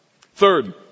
Third